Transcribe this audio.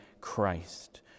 Christ